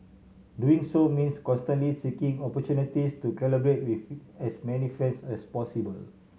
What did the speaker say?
doing so means constantly seeking opportunities to collaborate with as many friends as possible